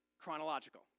chronological